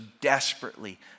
desperately